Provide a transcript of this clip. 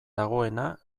dagoena